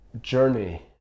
journey